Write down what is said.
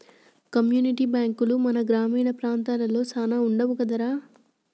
community బాంకులు మన గ్రామీణ ప్రాంతాలలో సాన వుండవు కదరా